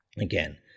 again